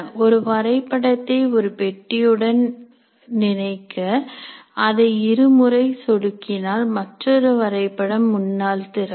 ஒரு வரைபடத்தை ஒரு பெட்டியுடன் நினைக்க அதை இரு முறை சொடுக்கினால் மற்றொரு வரைபடம் முன்னால் திறக்கும்